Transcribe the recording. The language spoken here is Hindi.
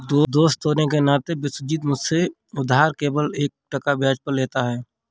दोस्त होने के नाते विश्वजीत मुझसे उधार पर केवल एक टका ब्याज लेता है